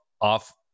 off